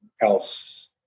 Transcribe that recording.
else